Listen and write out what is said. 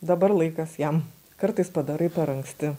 dabar laikas jam kartais padarai per anksti